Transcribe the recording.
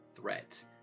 Threat